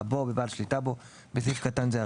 בו או בבעל שליטה בו (בסעיף קטן זה,